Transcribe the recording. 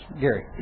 Gary